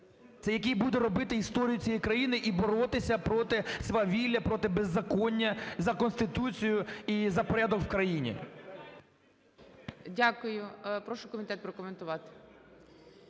це який буде роботи історія цієї країни і боротися проти свавілля, проти беззаконня, за Конституцію і за порядок в країні. ГОЛОВУЮЧИЙ. Дякую. Прошу комітет прокоментувати.